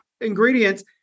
ingredients